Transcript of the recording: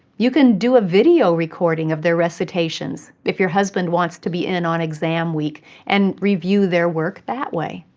you can do a video recording of their recitations if your husband wants to be in on exam week and review their work that way.